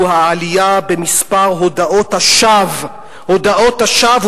העלייה במספר הודאות השווא" הודאות השווא,